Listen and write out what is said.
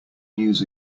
news